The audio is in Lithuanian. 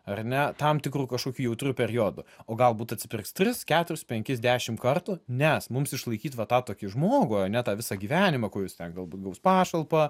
ar ne tam tikru kažkokiu jautriu periodu o galbūt atsipirks tris keturis penkis dešim kartų nes mums išlaikyt va tą tokį žmogų ane tą visą gyvenimą kuris ten galbūt gaus pašalpą